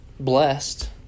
blessed